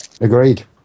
agreed